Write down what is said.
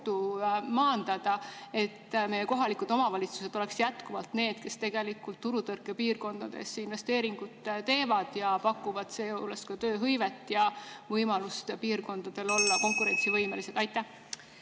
maandada ohtu, et meie kohalikud omavalitsused oleksid jätkuvalt need, kes tegelikult turutõrkepiirkondades investeeringuid teevad ja pakuvad seejuures ka tööhõivet ja võimalust piirkondadel olla konkurentsivõimelised? Aitäh!